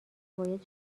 باید